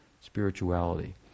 spirituality